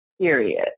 Period